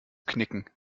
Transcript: knicken